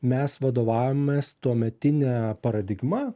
mes vadovavomės tuometine paradigma